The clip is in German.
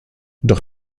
doch